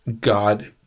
God